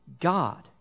God